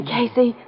Casey